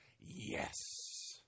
yes